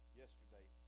yesterday